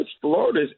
Florida